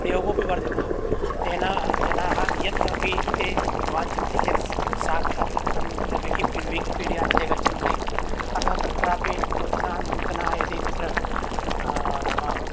प्रयोगोऽपि वर्धितः तेन जनाः यत्किमपि ते वाञ्छन्ति चेत् साक्षात् विकीपीडिया ते गच्छन्ति अतः तत्रापि नूतनाः नूतनाः यदि तत्र नाम